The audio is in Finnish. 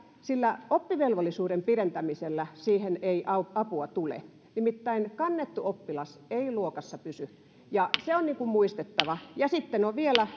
sillä oppivelvollisuuden pidentämisellä siihen ei apua tule nimittäin kannettu oppilas ei luokassa pysy ja se on muistettava ja sitten on vielä